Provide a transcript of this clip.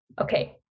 Okay